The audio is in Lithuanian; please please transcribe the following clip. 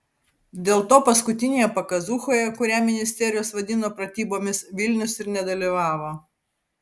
dėl to paskutinėje pakazūchoje kurią ministerijos vadino pratybomis vilnius ir nedalyvavo